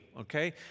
okay